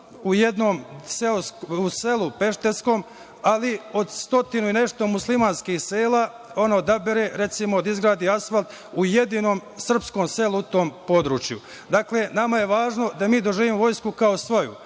u jednom selu pešterskom, ali od stotinu i nešto muslimanskih sela, on odabere recimo da izgradi asfalt u jedinom srpskom selu u tom području. Dakle, nama je važno da mi doživimo vojsku kao svoju.